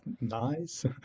nice